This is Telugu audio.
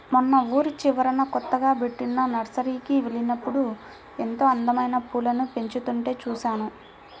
మొన్న ఊరి చివరన కొత్తగా బెట్టిన నర్సరీకి వెళ్ళినప్పుడు ఎంతో అందమైన పూలను పెంచుతుంటే చూశాను